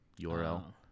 URL